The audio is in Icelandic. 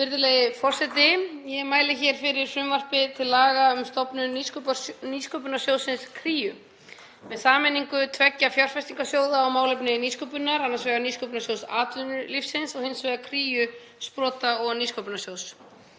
Virðulegi forseti. Ég mæli hér fyrir frumvarpi til laga um stofnun Nýsköpunarsjóðsins Kríu, með sameiningu tveggja fjárfestingarsjóða á málefni nýsköpunar, annars vegar Nýsköpunarsjóðs atvinnulífsins og hins vegar Kríu, sprota- og nýsköpunarsjóðs.